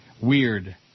Weird